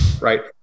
right